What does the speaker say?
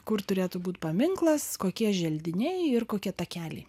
kur turėtų būt paminklas kokie želdiniai ir kokie takeliai